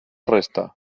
resta